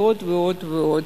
ועוד ועוד ועוד,